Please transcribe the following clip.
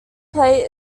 plate